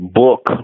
book